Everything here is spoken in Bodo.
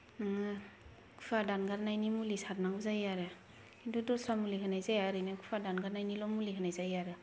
नोङो खुवा दानगारनायनि मुलि सारनांगौ जायो आरो किन्तु दस्रा मुलि होनाय जाया आरैनो खुवा दानगारनायनिल' मुलि होनाय जायो आरो